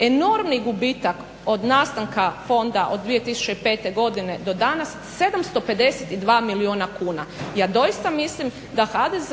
enormni gubitak od nastanka Fonda od 2005. godine do danas 752 milijuna kuna. Ja doista mislim da HDZ